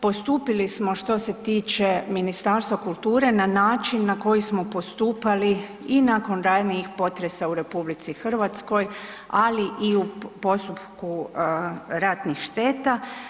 Postupili smo, što se tiče Ministarstva kulture, na način na koji smo postupali i nakon ranijih potresa u RH, ali i u postupku ratnih šteta.